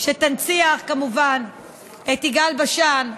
שתנציח כמובן את יגאל בשן,